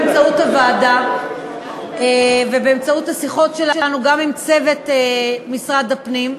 באמצעות הוועדה ובאמצעות השיחות שלנו גם עם צוות משרד הפנים,